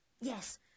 Yes